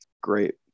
great